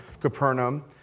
Capernaum